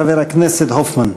חבר הכנסת הופמן.